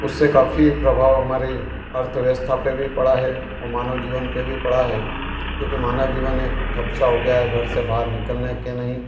उससे काफ़ी प्रभाव हमारी अर्थव्यवस्था पर भी पड़ा है और मानव जीवन पर भी पड़ा है क्योंकि मानव जीवन एक ठप्प सा हो गया है घर से बाहर निकलने के नहीं